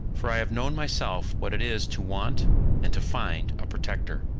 for i have known myself what it is to want and to find a protector.